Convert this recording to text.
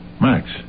Max